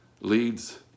leads